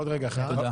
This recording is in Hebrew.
עוד רגע אחד, תודה.